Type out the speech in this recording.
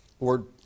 Lord